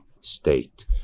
state